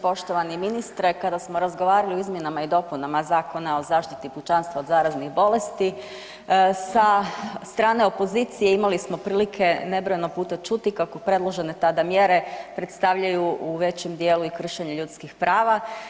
Poštovani ministre, kada smo razgovarali o izmjenama i dopunama Zakona o zaštiti pučanstva od zaraznih bolesti sa strane opozicije imali smo prilike nebrojeno puta čuti kako predložene tada mjere predstavljaju u većem dijelu i kršenje ljudskih prava.